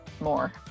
more